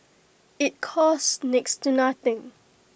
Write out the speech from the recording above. IT costs next to nothing